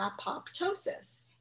apoptosis